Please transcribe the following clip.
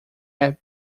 have